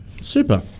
Super